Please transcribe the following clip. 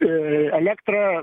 e elektra